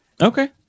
Okay